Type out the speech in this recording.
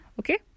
okay